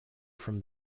from